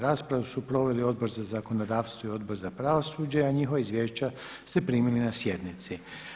Raspravu su proveli Odbor za zakonodavstvo i Odbor za pravosuđe, a njihova izvješća ste primili na sjednici.